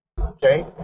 okay